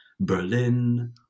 Berlin